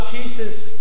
Jesus